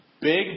Big